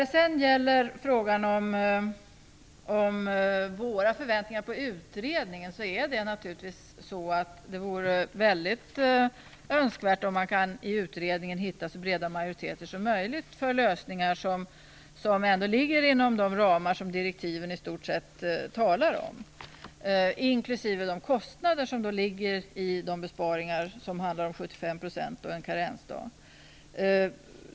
När det gäller regeringens förväntningar på utredningen vore det naturligtvis önskvärt om man i utredningen kunde hitta så breda majoriteter som möjligt för lösningar som ligger inom de ramar som direktiven i stort sett handlar om, inklusive de kostnader i besparingarna som 75 % och en karensdag skulle innebära.